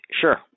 sure